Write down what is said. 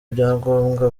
byangombwa